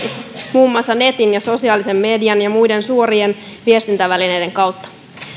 muun muassa netin sosiaalisen median ja muiden suorien viestintävälineiden kautta